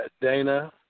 Dana